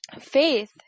Faith